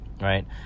right